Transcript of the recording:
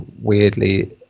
weirdly